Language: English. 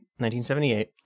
1978